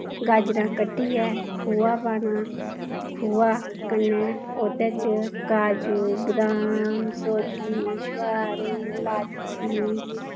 गाजरां कट्टियै खोआ पाना खोआ कन्नै ओह्दै च काजू बदाम सौग्गी शोआरे लाच्ची